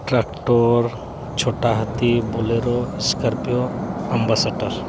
tractor ᱪᱷᱳᱴᱟ ᱦᱟᱹᱛᱤ Bolero Scorpio Ambassador